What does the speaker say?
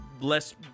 less